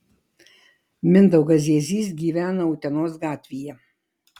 mindaugas ziezys gyvena utenos gatvėje